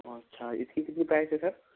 अच्छा इसकी कितनी प्राइस है सर